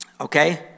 Okay